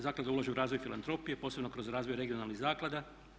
Zaklada ulaže u razvoj filantropije posebno kroz razvoj regionalnih zaklada.